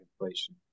inflation